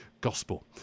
gospel